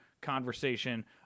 conversation